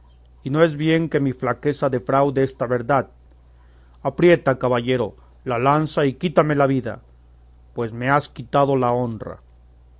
y no es bien que mi flaqueza defraude esta verdad aprieta caballero la lanza y quítame la vida pues me has quitado la honra